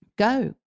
go